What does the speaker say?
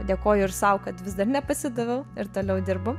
dėkoju ir sau kad vis dar nepasidaviau ir toliau dirbu